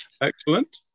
Excellent